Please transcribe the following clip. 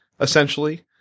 essentially